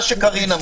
מה שקארין אמרה,